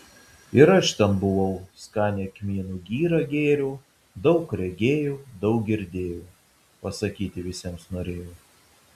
ir aš ten buvau skanią kmynų girą gėriau daug regėjau daug girdėjau pasakyti visiems norėjau